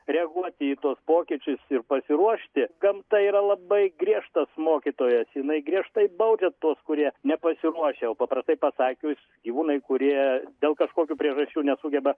reaguoti į tuos pokyčius ir pasiruošti gamta yra labai griežtas mokytojas jinai griežtai baudžia tuos kurie nepasiruošia o paprastai pasakius gyvūnai kurie dėl kažkokių priežasčių nesugeba